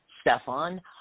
Stefan